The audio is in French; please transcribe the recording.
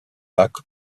lac